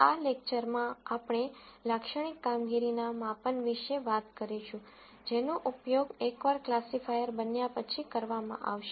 આ લેકચરમાં આપણે લાક્ષણિક કામગીરીના માપન વિશે વાત કરીશું જેનો ઉપયોગ એકવાર ક્લાસિફાયર બન્યા પછી કરવામાં આવશે